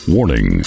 Warning